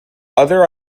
other